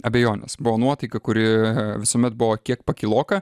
abejonės buvo nuotykių kurie visuomet buvo kiek pakiloka